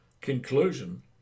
conclusion